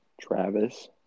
Travis